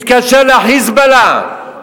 מתקשר ל"חיזבאללה",